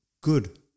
good